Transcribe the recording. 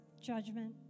judgment